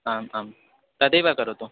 आम् आम् तदेव करोतु